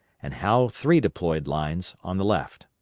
and howe three deployed lines on the left.